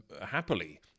happily